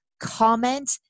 comment